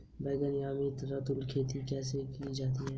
बैगनी यामी या रतालू की खेती कैसे की जाती है?